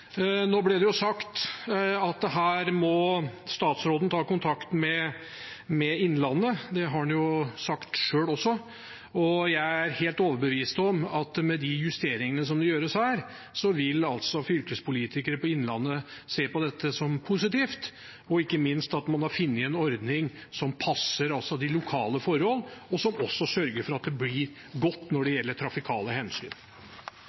Nå ble det sagt at her må statsråden ta kontakt med Innlandet. Det har han jo sagt selv også. Jeg er helt overbevist om at med de justeringene som gjøres her, vil fylkespolitikere i Innlandet se på dette som positivt, ikke minst at man har funnet en ordning som passer de lokale forholdene, og som også sørger for at det blir godt når det gjelder trafikale hensyn.